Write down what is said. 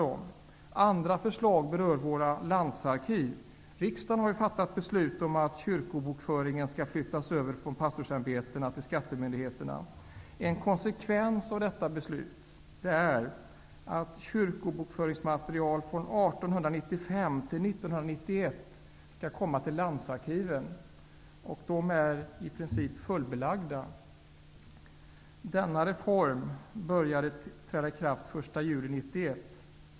Det andra förslaget berör våra landsarkiv. Riksdagen har fattat beslut om att kyrkobokföringen skall flyttas över från pastorsämbetena till skattemyndigheterna. En konsekvens av detta beslut är att kyrkobokföringsmaterial från 1895 till 1991 skall föras över till landsarkiven, vilka i princip är fullbelagda. Denna reform trädde i kraft den 1 juli 1991.